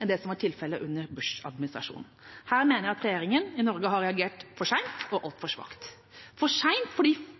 enn det som var tilfellet under Bush-administrasjonen. Her mener jeg at regjeringa i Norge har reagert for sent og altfor svakt – for